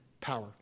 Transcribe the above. power